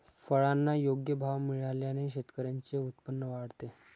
फळांना योग्य भाव मिळाल्याने शेतकऱ्यांचे उत्पन्न वाढते